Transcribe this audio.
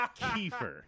Kiefer